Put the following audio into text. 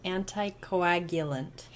Anticoagulant